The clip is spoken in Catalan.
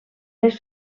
les